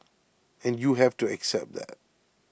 and you have to accept that